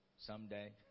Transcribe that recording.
someday